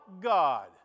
God